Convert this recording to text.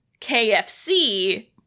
KFC